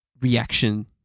reaction